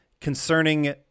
concerning